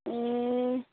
ए